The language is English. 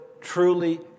truly